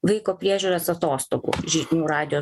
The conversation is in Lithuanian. vaiko priežiūros atostogų žinių radijo